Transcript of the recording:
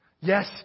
Yes